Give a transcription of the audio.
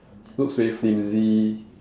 looks very flimsy